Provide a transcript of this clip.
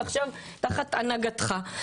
ועכשיו תחת הנהגתך.